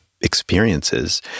experiences